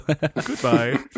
Goodbye